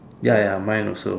ya ya mine also